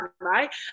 right